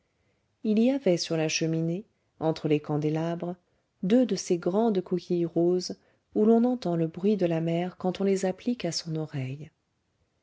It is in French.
il y avait sur la cheminée entre les candélabres deux de ces grandes coquilles roses où l'on entend le bruit de la mer quand on les applique à son oreille